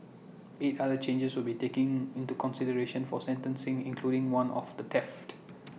eight other charges will be taken into consideration for sentencing including one of theft